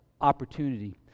opportunity